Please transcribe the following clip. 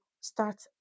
start